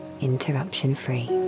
interruption-free